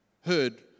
heard